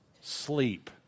sleep